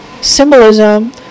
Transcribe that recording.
symbolism